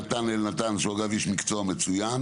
נתן אלנתן, שהוא אגב איש מקצוע מצוין.